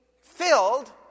filled